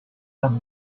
can